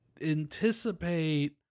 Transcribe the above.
anticipate